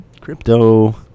crypto